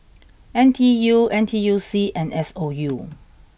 N T U N T U C and S O U